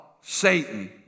satan